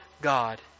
God